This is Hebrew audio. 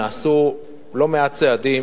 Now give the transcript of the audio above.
נעשו לא מעט צעדים